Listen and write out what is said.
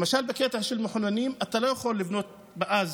למשל למחוננים אתה לא יכולת לבנות ביישוב,